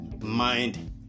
Mind